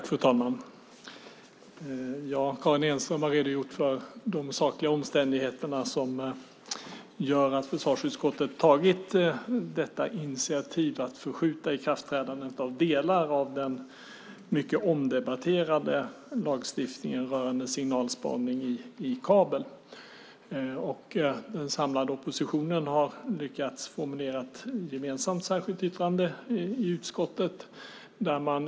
Fru talman! Karin Enström har redogjort för de sakliga omständigheter som gör att försvarsutskottet har tagit detta initiativ att förskjuta ikraftträdandet av delar av den mycket omdebatterade lagstiftningen rörande signalspaning i kabel. Den samlade oppositionen har lyckats formulera ett gemensamt särskilt yttrande i utskottet.